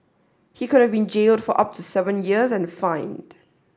he could have been jailed for up to seven years and fined